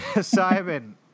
Simon